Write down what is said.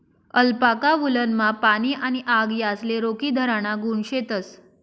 alpaca वुलनमा पाणी आणि आग यासले रोखीधराना गुण शेतस